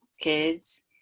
kids